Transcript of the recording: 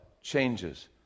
changes